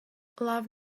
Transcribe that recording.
love